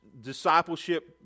discipleship